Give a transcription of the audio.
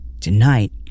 Tonight